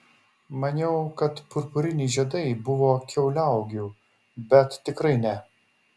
maniau kad purpuriniai žiedai buvo kiauliauogių bet tikrai ne